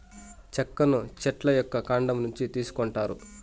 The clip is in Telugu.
చెక్కను చెట్ల యొక్క కాండం నుంచి తీసుకొంటారు